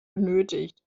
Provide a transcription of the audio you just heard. benötigt